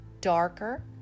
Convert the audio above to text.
darker